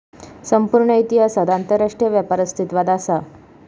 संपूर्ण इतिहासात आंतरराष्ट्रीय व्यापार अस्तित्वात असा